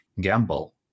gamble